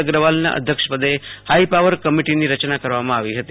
અગ્રવાલના અધ્યક્ષપદે હાઈપાવર કમિટિની રચના કરવામાં આવી હતી